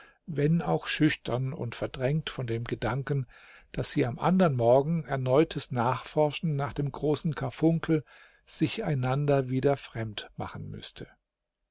wenn auch schüchtern und verdrängt von dem gedanken daß sie am andern morgen erneutes nachforschen nach dem großen karfunkel sich einander wieder fremd machen müßte